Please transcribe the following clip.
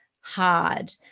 hard